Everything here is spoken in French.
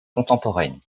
contemporaine